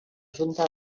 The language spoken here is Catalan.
junta